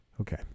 Okay